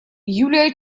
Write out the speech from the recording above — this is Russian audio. юлия